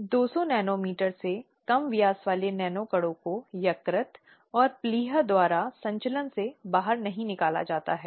जो भी उपाय करती है वह आंतरिक सुरक्षा को मापती है वह यह प्राप्त करने का इरादा रखती है कि वह आंतरिक सुरक्षा समिति द्वारा उस सुरक्षा को वहन करती है